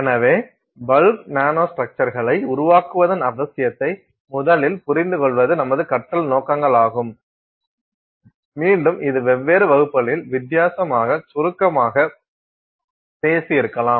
எனவே bulk nano ஸ்ட்ரக்சர்ஸ்களை உருவாக்குவதன் அவசியத்தை முதலில் புரிந்துகொள்வது நமது கற்றல் நோக்கங்களாகும் மீண்டும் இது வெவ்வேறு வகுப்புகளில் வித்தியாசமாக சுருக்கமாகத் பேசியிருக்கலாம்